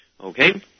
okay